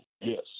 Yes